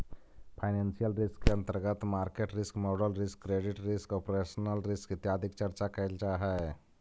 financial risk के अंतर्गत market risk, model risk, credit risk, operational risk इत्यादि के चर्चा कैल जा हई